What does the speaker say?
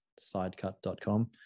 sidecut.com